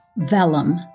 Vellum